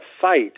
fight